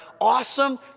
awesome